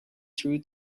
through